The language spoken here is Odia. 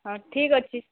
ହଁ ଠିକ୍ ଅଛି